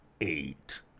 Eight